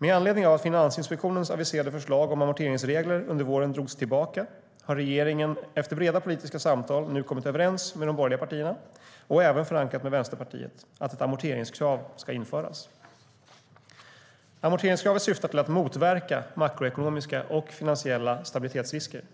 Med anledning av att Finansinspektionens aviserade förslag om amorteringsregler under våren drogs tillbaka har regeringen efter breda politiska samtal nu kommit överens med de borgerliga partierna, och även förankrat med Vänsterpartiet, att ett amorteringskrav ska införas. Amorteringskravet syftar till att motverka makroekonomiska och finansiella stabilitetsrisker.